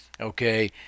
okay